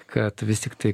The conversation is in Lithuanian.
kad vis tiktai